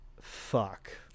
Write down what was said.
fuck